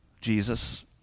Jesus